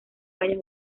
años